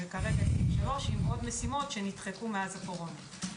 וכרגע 2023 עם עוד משימות שנדחקו מאז הקורונה.